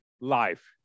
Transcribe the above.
life